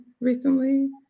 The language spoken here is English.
recently